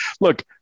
look